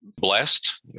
blessed